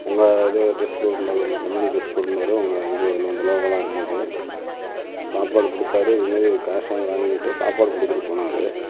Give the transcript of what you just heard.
உங்கள் இது ட்ரெஸ் போட்டிருந்தாரு உங்கள் கம்பெனி ட்ரெஸ் போட்டிருந்தாரு உங்கள் இது லோகோலாம் இருந்தது சாப்பாடு கொடுத்தாரு இது மாதிரி கேஷும் வாங்கிகிட்டு சாப்பாடு கொடுத்துட்டு போனார்